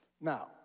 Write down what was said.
Now